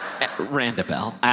Randabelle